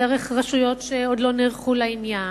דרך רשויות שעוד לא נערכו לעניין,